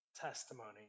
testimony